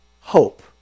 hope